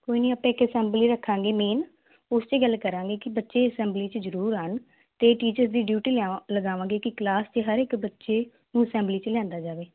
ਕੋਈ ਨਹੀਂ ਆਪਾਂ ਇੱਕ ਅਸੈਂਬਲੀ ਰੱਖਾਂਗੇ ਮੇਨ ਉੱਥੇ ਗੱਲ ਕਰਾਂਗੇ ਕਿ ਬੱਚੇ ਅਸੈਂਬਲੀ 'ਚ ਜ਼ਰੂਰ ਹਨ ਅਤੇ ਟੀਚਰ ਦੀ ਡਿਊਟੀ ਆਪ ਲੱਗਾਵਾਂਗੇ ਕਿ ਕਲਾਸ ਦੇ ਹਰ ਇੱਕ ਬੱਚੇ ਨੂੰ ਅਸੈਂਬਲੀ 'ਚ ਲਿਆਂਦਾ ਜਾਵੇ